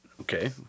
Okay